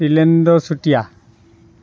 Tilendra Chutia